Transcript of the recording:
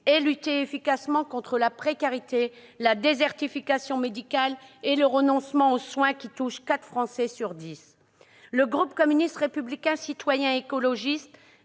et lutter efficacement contre la précarité, la désertification médicale et le renoncement aux soins, qui touche quatre Français sur dix. Le groupe communiste républicain citoyen et écologiste